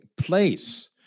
place